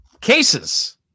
Cases